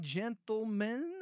gentlemen